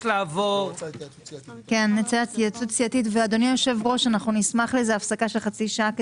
אם היא תצטרך להעביר כסף מסעיף תרבות וספורט לסעיף הרווחה,